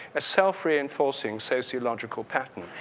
a self reinforcing sociological pattern.